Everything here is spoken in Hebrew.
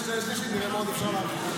שנייה ושלישית, נראה מה עוד אפשר להרחיב.